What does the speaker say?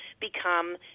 become